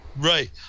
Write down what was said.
Right